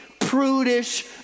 prudish